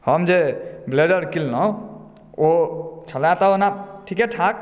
हम जे ब्लेजर किनलहुँ ओ छला तऽ ओना ठीकेठाक